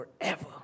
forever